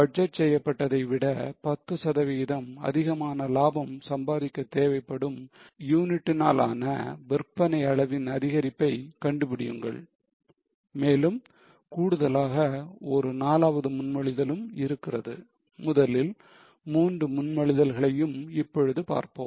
budget செய்யப்பட்டதை விட 10 சதவீதம் அதிகமான லாபம் சம்பாதிக்க தேவைப்படும் யூனிட்டினாலான விற்பனை அளவின் அதிகரிப்பை கண்டுபிடியுங்கள் மேலும் கூடுதலாக ஒரு நாலாவது முன்மொழிதலும் இருக்கிறது முதலில் 3 முன்மொழிதல்களையும் இப்பொழுது பார்ப்போம்